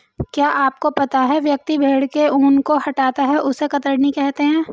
क्या आपको पता है व्यक्ति भेड़ के ऊन को हटाता है उसे कतरनी कहते है?